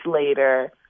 later